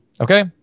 okay